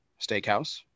steakhouse